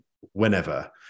Whenever